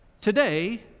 Today